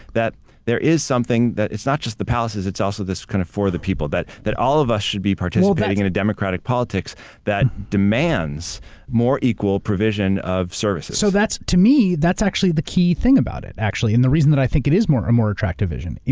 that there is something, that it's not just the palaces, it's also this kind of for the people that that all of us should be participating in a democratic politics that demands more equal provision of services. so that's, to me, that's actually the key thing about it actually. and the reason that i think it is a more attractive vision.